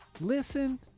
Listen